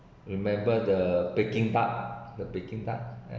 remember the peking duck the peking duck